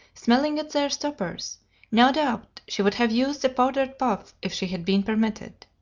smelling at their stoppers no doubt, she would have used the powder puff if she had been permitted.